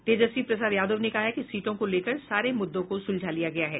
तेजस्वी प्रसाद यादव ने कहा कि सीटों को लेकर सारे मुद्दों को सुलझा लिया गया है